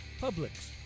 Publix